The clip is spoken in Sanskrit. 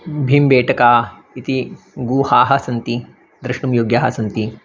भिम्बेटका इति गुहाः सन्ति द्रष्टुं योग्याः सन्ति